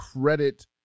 credit